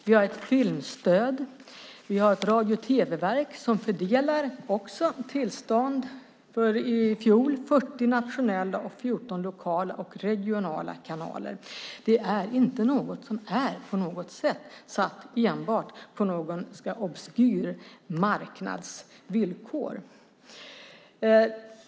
Vi har ett filmstöd. Vi har ett radio och tv-verk som fördelar tillstånd, för i fjol 40 nationella och 14 lokala och regionala kanaler. Det är inte något som är satt enbart på en obskyr marknads villkor.